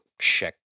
check